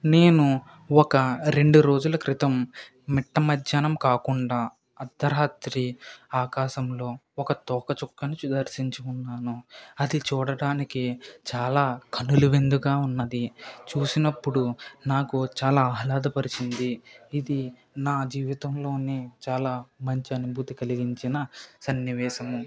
నేను ఒక రెండు రోజుల క్రితం మిట్ట మధ్యాహ్నం కాకుండా అర్ధరాత్రి ఆకాశంలో ఒక తోకచుక్కను దర్శించుకున్నాను అది చూడడానికి చాలా కనుల విందుగా ఉన్నది చూసినప్పుడు నాకు చాలా ఆహ్లాదపరిచింది ఇది నా జీవితంలోనే చాలా మంచి అనుభూతి కలిగించిన సన్నివేశము